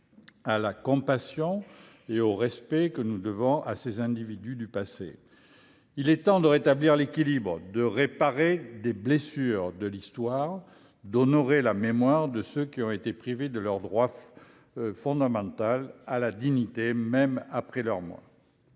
à la compassion et au respect que nous devons à ces individus du passé. Il est temps de rétablir l'équilibre, de réparer les blessures de l'Histoire et d'honorer la mémoire de ceux qui ont été privés de leur droit fondamental à la dignité, même après leur mort.